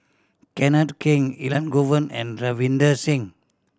Kenneth Keng Elangovan and Ravinder Singh